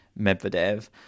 Medvedev